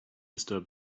disturbed